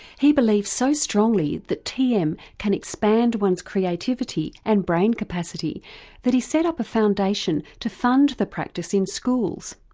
he believes so strongly that tm can expand one's creativity and brain capacity that he's set up a foundation to fund the practice in schools.